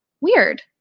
Weird